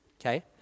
Okay